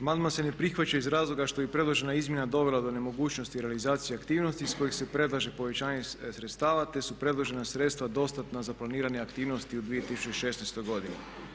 Amandman se ne prihvaća iz razloga što bi predložena izmjena dovela do nemogućnosti realizacije aktivnosti iz kojih se predlaže povećanje sredstava te su predložena sredstva dostatna za planirane aktivnosti u 2016. godini.